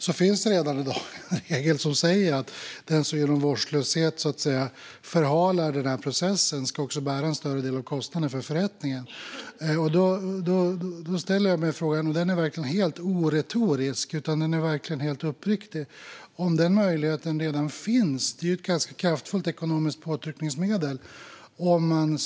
Det finns redan i dag en regel som säger att den som genom vårdslöshet förhalar processen ska bära en större del av kostnaden för förrättningen. Jag ställer mig därför en verkligen helt oretorisk och uppriktig fråga. Den möjligheten - ett ganska kraftfullt ekonomiskt påtryckningsmedel - finns redan.